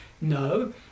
No